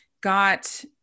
got